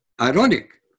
ironic